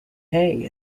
hey